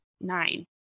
nine